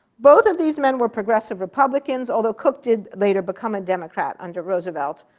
both of these men were progressive republicans, although cooke did later become a democrat under roosevelt.